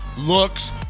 looks